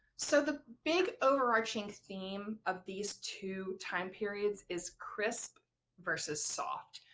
so. the big overarching theme of these two time periods is crisp versus soft.